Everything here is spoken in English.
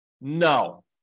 No